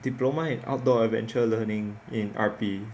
diploma in outdoor adventure learning in R_P